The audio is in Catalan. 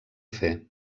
fer